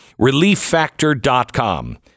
relieffactor.com